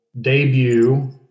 debut